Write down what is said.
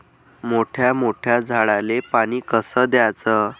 मोठ्या मोठ्या झाडांले पानी कस द्याचं?